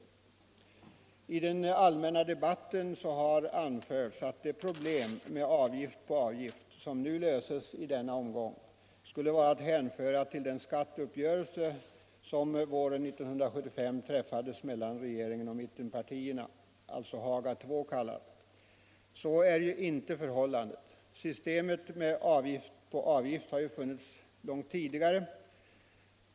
Det har i den allmänna debatten sagts att de problem med avgift på avgift som blir lösta i denna omgång skulle vara att hänföra till den skatteuppgörelse som träffades våren 1975 mellan regeringen och mittenpartierna, den s.k. Haga II-uppgörelsen. Så är inte förhållandet. Systemet med avgift på avgift har funnits långt tidigare.